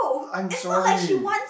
I'm sorry